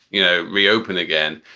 you know, reopen again,